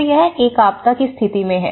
तो यह एक आपदा की स्थिति में है